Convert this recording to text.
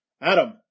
Adam